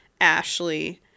Ashley